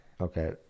Okay